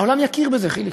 העולם יכיר בזה, חיליק.